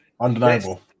Undeniable